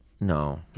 no